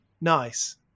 nice